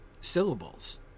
syllables